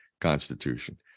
Constitution